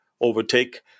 overtake